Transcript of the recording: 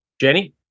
Jenny